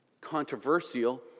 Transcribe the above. controversial